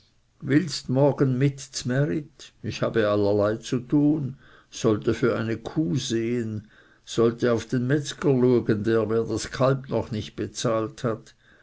willst morgen mit zmärit ich habe allerlei zu tun sollte für eine kuh sehen sollte auf den metzger luegen der mir das kalb noch nicht bezahlt hat